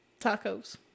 tacos